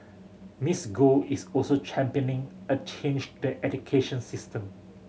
Miss Go is also championing a change to the education system